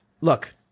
look